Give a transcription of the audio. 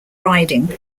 riding